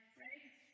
right